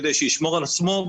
כדי שישמור על עצמו.